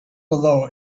below